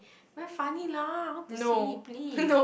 very funny lah I want to see please